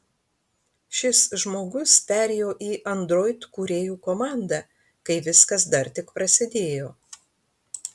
šis žmogus perėjo į android kūrėjų komandą kai viskas dar tik prasidėjo